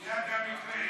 יד המקרה.